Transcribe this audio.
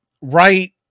Right